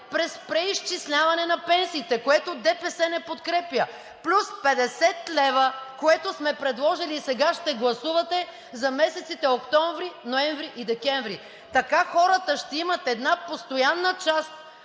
чрез преизчисляване на пенсиите, което ДПС не подкрепя, плюс 50 лв., което сме предложили и сега ще гласувате, за месеците октомври, ноември и декември. Така хората ще имат една постоянна част